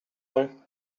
boy